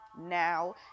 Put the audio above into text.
now